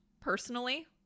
personally